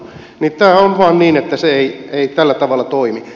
tämä on vaan niin että se ei tällä tavalla toimi